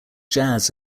jazz